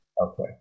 Okay